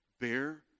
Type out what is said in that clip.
bear